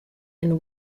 and